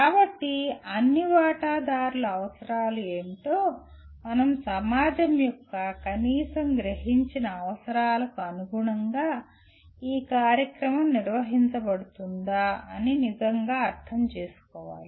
కాబట్టి అన్ని వాటాదారుల అవసరాలు ఏమిటో మరియు సమాజం యొక్క కనీసం గ్రహించిన అవసరాలకు అనుగుణంగా ఈ కార్యక్రమం నిర్వహించబడుతుందా అని నిజంగా అర్థం చేసుకోవాలి